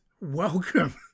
welcome